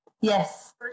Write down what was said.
Yes